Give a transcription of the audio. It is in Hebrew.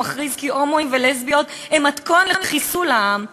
ומכריז כי הומואים ולסביות הם מתכון לחיסול העם,